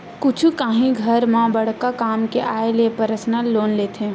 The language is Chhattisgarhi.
कुछु काही घर म बड़का काम के आय ले परसनल लोन लेथे